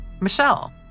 Michelle